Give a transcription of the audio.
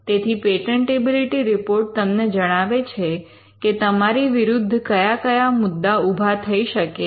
તેથી patentability report તમને જણાવે છે કે તમારી વિરુદ્ધ કયા કયા મુદ્દા ઊભા થઈ શકે છ